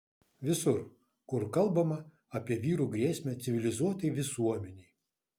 visur kur kalbama apie vyrų grėsmę civilizuotai visuomenei